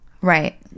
Right